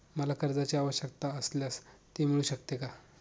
मला कर्जांची आवश्यकता असल्यास ते मिळू शकते का?